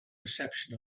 reception